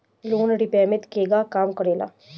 Loan repayment केगा काम करेला?